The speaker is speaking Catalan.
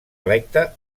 electe